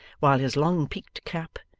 while his long peaked cap,